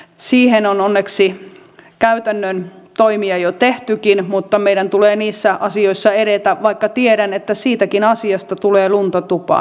siihen on onneksi käytännön toimia jo tehtykin mutta meidän tulee niissä asioissa edetä vaikka tiedän että siitäkin asiasta tulee lunta tupaan